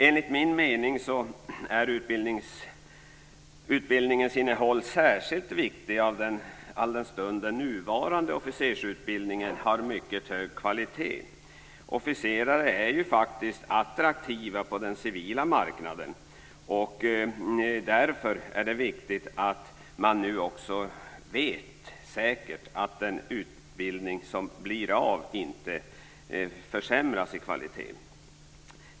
Enligt min mening är utbildningens innehåll särskilt viktigt all den stund den nuvarande officersutbildningen har mycket hög kvalitet. Officerare är ju faktiskt attraktiva på den civila marknaden. Därför är det viktigt att man nu också vet säkert att den utbildning som blir av inte försämras i kvalitet.